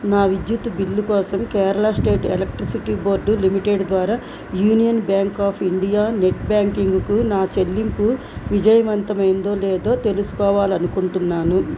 నా విద్యుత్తు బిల్లు కోసం Kerala state electricity board limited ద్వారా union bank of India net బ్యాంకింగ్కు నా చెల్లింపు విజయవంతమైందో లేదో తెలుసుకోవాలి అనుకుంటున్నాను